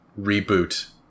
reboot